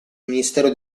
ministero